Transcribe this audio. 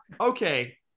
okay